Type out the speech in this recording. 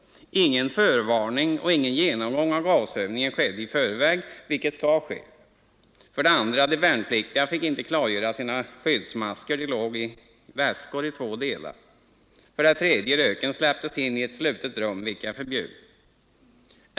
Ingen förvarning och ingen genomgång av gasövningen skedde i förväg, vilket skall ske. 2. De värnpliktiga fick inte tillfälle att göra sina skyddsmasker klara, utan dessa låg i väskorna i två delar. 3. Röken släpptes in i ett slutet rum, vilket är förbjudet.